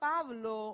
Pablo